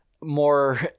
more